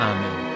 Amen